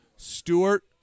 Stewart